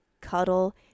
cuddle